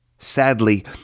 Sadly